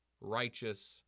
righteous